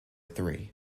three